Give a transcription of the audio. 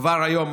וכבר היום,